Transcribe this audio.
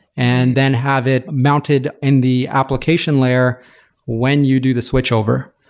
and then have it mounted in the application layer when you do the switchover.